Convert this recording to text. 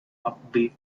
upbeat